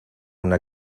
una